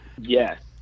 Yes